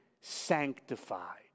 sanctified